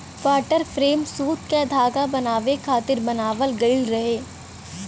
water frame सूत क धागा बनावे खातिर बनावल गइल रहे